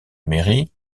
mairie